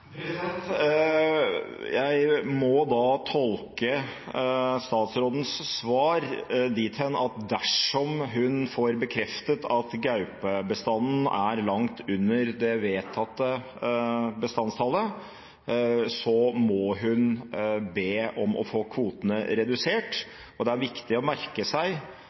Jeg må da tolke statsrådens svar dithen at dersom hun får bekreftet at gaupebestanden er langt under det vedtatte bestandstallet, må hun be om å få kvotene redusert. Det er viktig å merke seg